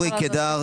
אורי קידר,